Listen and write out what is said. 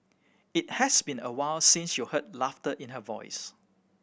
it has been awhile since you heard laughter in her voice